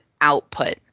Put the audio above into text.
output